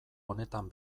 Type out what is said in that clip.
honetan